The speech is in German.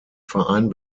verein